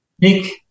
Nick